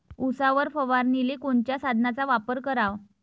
उसावर फवारनीले कोनच्या साधनाचा वापर कराव?